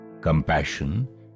compassion